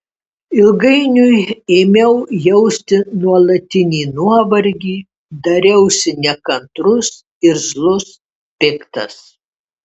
ilgainiui ėmiau jausti nuolatinį nuovargį dariausi nekantrus irzlus piktas